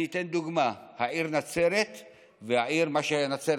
אני אתן דוגמה: העיר נצרת והעיר שהייתה נצרת